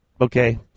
Okay